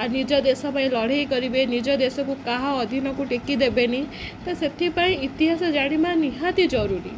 ଆଉ ନିଜ ଦେଶ ପାଇଁ ଲଢ଼େଇ କରିବେ ନିଜ ଦେଶକୁ କାହା ଅଧୀନକୁ ଟେକି ଦେବେନି ତ ସେଥିପାଇଁ ଇତିହାସ ଜାଣିବା ନିହାତି ଜରୁରୀ